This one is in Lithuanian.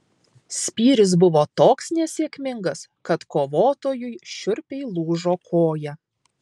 spyris buvo toks nesėkmingas kad kovotojui šiurpiai lūžo koją